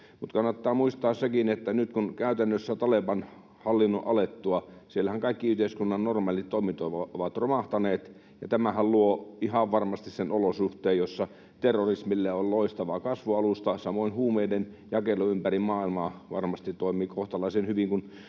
Kannattaa muistaa sekin, että nyt Taleban-hallinnon käytännössä alettua kaikki yhteiskunnan normaalit toiminnot ovat siellä romahtaneet, ja tämähän luo ihan varmasti sen olosuhteen, jossa terrorismille on loistava kasvualusta. Samoin huumeiden jakelu ympäri maailmaa varmasti toimii kohtalaisen hyvin,